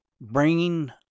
bringing